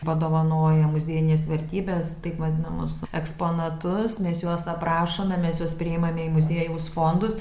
padovanoję muziejinės vertybės taip vadinamus eksponatus mes juos aprašome mes juos priimame į muziejaus fondus